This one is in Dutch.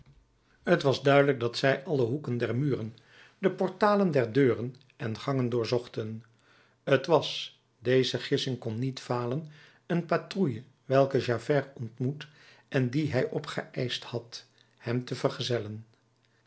t was duidelijk dat zij alle hoeken der muren de portalen der deuren en gangen doorzochten t was deze gissing kon niet falen een patrouille welke javert ontmoet en die hij opgeëischt had hem te vergezellen